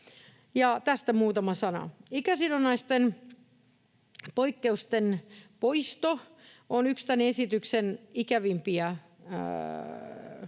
tästä muutama sana. Ikäsidonnaisten poikkeusten poisto on yksi tämän esityksen ikävimpiä esityksiä.